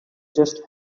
just